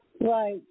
Right